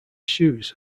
shoes